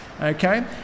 Okay